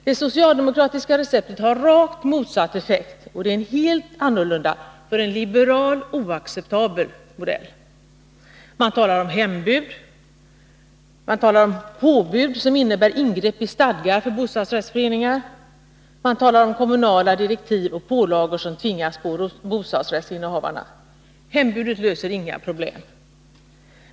Det socialdemokratiska receptet har en rakt motsatt effekt och är en helt annorlunda och för liberaler oacceptabel modell. Man talar om hembud. Man talar om påbud, som innebär ingrepp i stadgar för bostadsrättsföreningar. Man talar om kommunala direktiv och pålagor som tvingas på bostadsrättsinnehavarna. Hembudet löser inga problem.